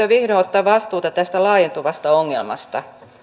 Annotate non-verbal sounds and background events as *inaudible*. *unintelligible* vihdoin ottaa vastuuta tästä laajentuvasta ongelmasta